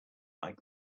like